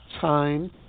Time